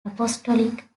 apostolic